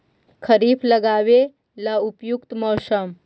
खरिफ लगाबे ला उपयुकत मौसम?